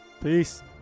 Peace